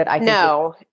No